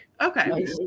okay